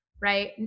right